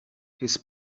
his